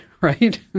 right